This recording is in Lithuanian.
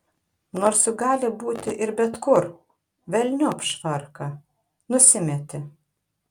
nors juk gali būti ir bet kur velniop švarką nusimetė